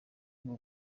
bwo